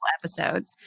episodes